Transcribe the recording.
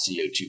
CO2